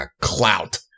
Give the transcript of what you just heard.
Clout